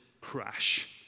crash